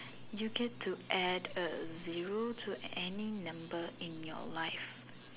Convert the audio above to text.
you get to add a zero to any number in your life